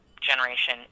generation